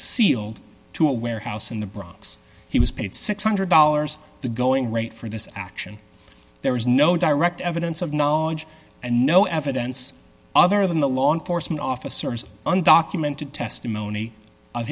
sealed to a warehouse in the bronx he was paid six hundred dollars the going rate for this action there was no direct evidence of knowledge and no evidence other than the law enforcement officers undocumented testimony of